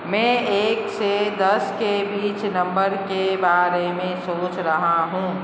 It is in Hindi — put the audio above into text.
मैं एक से दस के बीच नम्बर के बारे में सोच रहा हूँ